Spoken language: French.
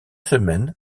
semaines